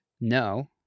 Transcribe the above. No